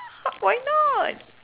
why not